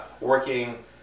working